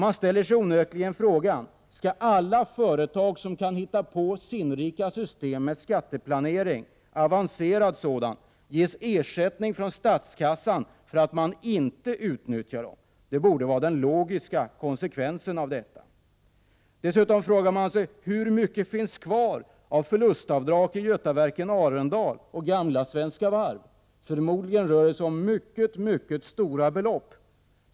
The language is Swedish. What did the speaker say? Man ställer sig onekligen frågan: Skall alla företag som kan hitta på sinnrika system med avancerad skatteplanering ges ersättning från statskassan för att de inte utnyttjar dem? Det borde vara den logiska konsekvensen. 145 Dessutom frågar man sig: Hur mycket finns kvar av förlustavdrag i Götaverken Arendal och gamla Svenska Varv? Förmodligen rör det sig om mycket stora belopp.